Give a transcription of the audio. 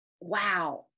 Wow